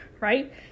right